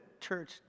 church